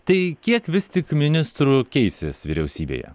tai kiek vis tik ministrų keisis vyriausybėje